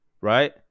right